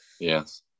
Yes